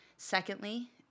Secondly